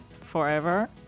forever